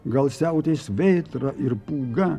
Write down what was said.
gal siautės vėtra ir pūga